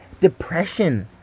depression